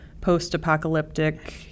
post-apocalyptic